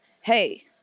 Hey